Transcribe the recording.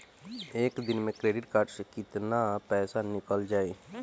एक दिन मे क्रेडिट कार्ड से कितना पैसा निकल जाई?